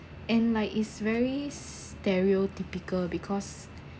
and like is very stereotypical because